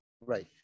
Right